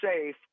safe